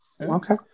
Okay